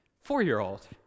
four-year-old